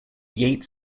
yates